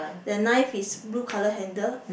the knife is blue colour handle